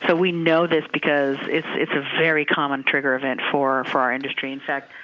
so we know this because it's it's a very common trigger event for for our industry. in fact,